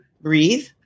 breathe